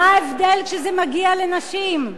מה ההבדל, כשזה מגיע לנשים?